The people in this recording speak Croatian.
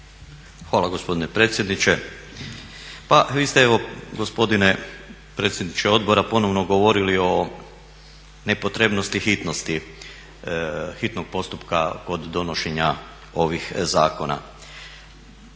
Hvala gospodine predsjedniče. Pa vi ste evo gospodine predsjedniče odbora ponovno govorili o nepotrebnosti i hitnost, hitnog postupka kod donošenja ovih zakona.